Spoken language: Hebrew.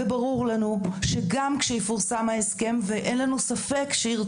וברור לנו מעל כל ספק שכאשר יפורסם ההסכם